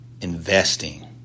investing